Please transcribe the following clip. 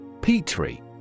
Petri